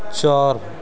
ਚਾਰ